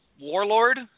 warlord